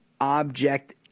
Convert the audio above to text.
object